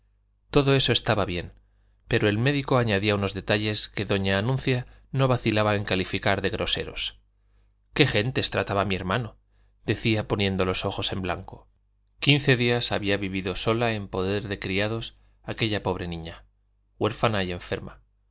todo eso estaba bien pero el médico añadía unos detalles que doña anuncia no vacilaba en calificar de groseros qué gentes trataba mi hermano decía poniendo los ojos en blanco quince días había vivido sola en poder de criados aquella pobre niña huérfana y enferma